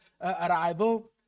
arrival